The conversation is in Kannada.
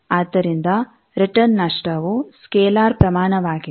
ಆದ್ದರಿಂದ ರಿಟರ್ನ್ ನಷ್ಟವು ಸ್ಕೆಲಾರ್ ಪ್ರಮಾಣವಾಗಿದೆ